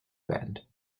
band